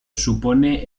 supone